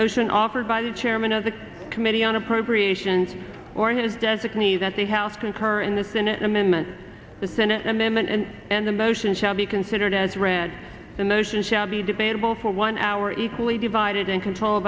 motion offered by the chairman of the committee on appropriations or his designee that the house concur in the senate amendment the senate amendment and the motion shall be considered as read the motion shall be debatable for one hour equally divided and controlled